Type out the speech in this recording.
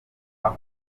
aho